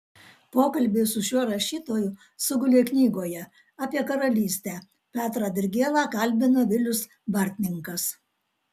pokalbiai su šiuo rašytoju sugulė knygoje apie karalystę petrą dirgėlą kalbina vilius bartninkas